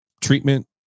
Treatment